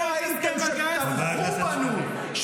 איפה הייתם כשטבחו בנו,